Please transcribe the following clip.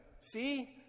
See